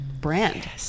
brand